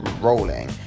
rolling